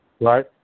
Right